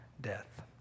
death